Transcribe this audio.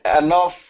enough